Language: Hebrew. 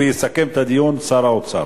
ויסכם את הדיון שר האוצר.